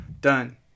Done